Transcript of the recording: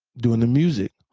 doing the music.